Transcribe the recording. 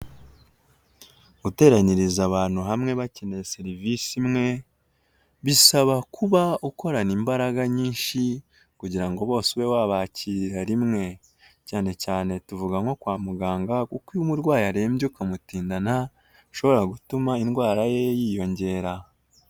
Guteranyiriza abantu hamwe bakeneye serivisi imwe, bisaba kuba ukorana imbaraga nyinshi kugira ngo bose ube wabakirira rimwe, cyane cyane tuvuga nko kwa muganga kuko iyo umurwayi arembye ukamutindana ushobora gutuma indwara ye yiyongera.